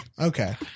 Okay